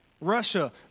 Russia